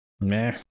meh